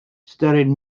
studied